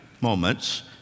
moments